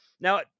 Now